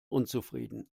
unzufrieden